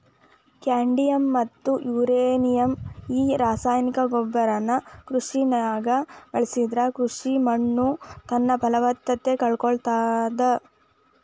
cadmium ಮತ್ತ uranium ಈ ರಾಸಾಯನಿಕ ಗೊಬ್ಬರನ ಕೃಷಿಯಾಗ ಬಳಸಿದ್ರ ಕೃಷಿ ಮಣ್ಣುತನ್ನಪಲವತ್ತತೆ ಕಳಕೊಳ್ತಾದ